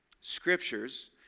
scriptures